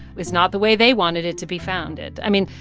it's not the way they wanted it to be founded i mean,